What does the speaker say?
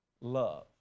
love